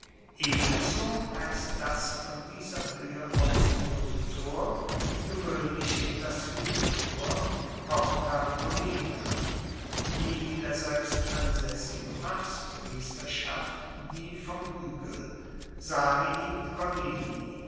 ebenso heisst das von dieser hoehe ausfuehrende tor gewoehnlich das huegeltor porta collina die daselbst ansaessige marspriesterschaft die vom huegel